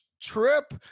trip